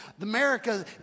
America